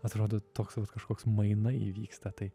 atrodo toks vat kažkoks mainai įvyksta tai